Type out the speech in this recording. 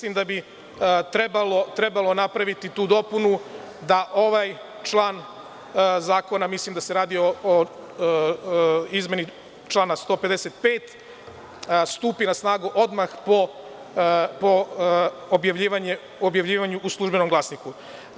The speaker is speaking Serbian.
Mislim da bi trebalo napraviti tu dopunu da ovaj član zakona, mislim da se radi o izmeni člana 155, stupi na snagu odmah po objavljivanju u „Službenom glasniku“